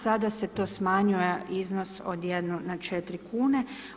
Sada se to smanjuje iznos od 1 na 4 kune.